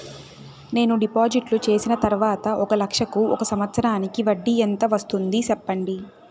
నేను డిపాజిట్లు చేసిన తర్వాత ఒక లక్ష కు ఒక సంవత్సరానికి వడ్డీ ఎంత వస్తుంది? సెప్పండి?